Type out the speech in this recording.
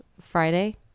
Friday